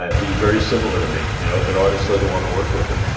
he's very similar to me. you know if an artist doesn't want to work with him,